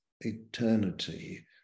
eternity